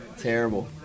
Terrible